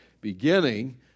beginning